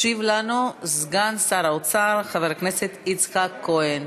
ישיב לנו סגן שר האוצר חבר הכנסת יצחק כהן,